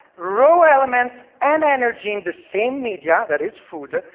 raw elements and energy in the same media, that is food,